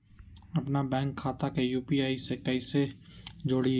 अपना बैंक खाता के यू.पी.आई से कईसे जोड़ी?